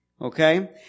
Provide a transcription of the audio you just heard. Okay